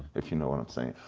if you know what i'm saying.